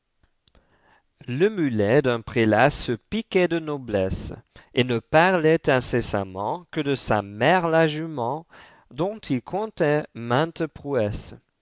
généalogie jje muletd'un prélat se piquait de noblesse et ne parlait incessamment que de sa mère la jument dont il contait